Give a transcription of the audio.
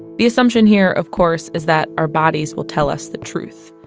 the assumption here, of course, is that our bodies will tell us the truth.